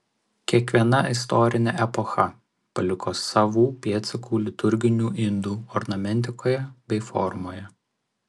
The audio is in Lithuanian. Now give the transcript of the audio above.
kiekviena istorinė epocha paliko savų pėdsakų liturginių indų ornamentikoje bei formoje